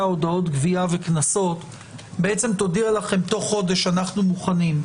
הודעות גבייה וקנסות בעצם תודיע לכם תוך חודש "אנחנו מוכנים"